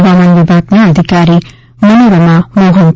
હવામાન વિભાગના અધિકારી મનોરમા મોહન્તી